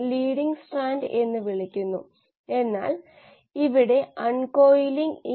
ഒരു ശാഖയിലൂടെ മുഴുവൻ ഫ്ലക്സും വഴിതിരിച്ചുവിടാൻ കഴിയും ഇത് ആവശ്യമുള്ള ശാഖയാണെന്ന് നമുക്ക് പറയാം